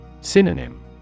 Synonym